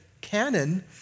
canon